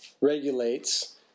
regulates